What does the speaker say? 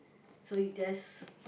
so you there's